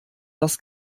das